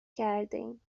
کردهایم